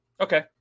Okay